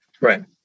Right